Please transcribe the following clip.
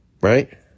Right